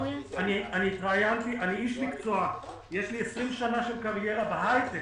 אני איש מקצוע, יש לי 20 שנה של קריירה בהייטק.